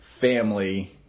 family